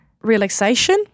Relaxation